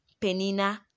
Penina